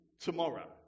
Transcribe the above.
tomorrow